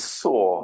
saw